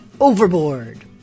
Overboard